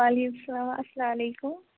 وعلیکُم سلام اسلام علیکُم